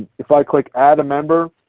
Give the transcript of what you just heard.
if i click add a member,